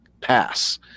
pass